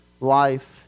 life